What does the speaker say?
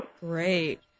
Great